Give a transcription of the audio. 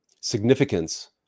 significance